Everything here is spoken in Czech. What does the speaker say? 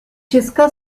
česka